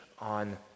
on